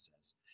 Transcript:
says